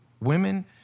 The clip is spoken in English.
Women